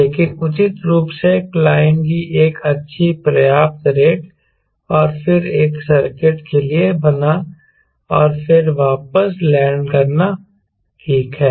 लेकिन उचित रूप से क्लाइंब की एक अच्छी पर्याप्त रेट और फिर एक सर्किट के लिए जाना और फिर वापस लैंड करना ठीक है